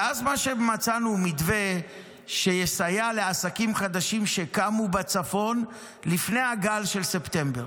ואז מצאנו מתווה שיסייע לעסקים חדשים שקמו בצפון לפני הגל של ספטמבר.